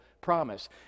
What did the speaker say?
promise